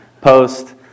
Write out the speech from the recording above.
post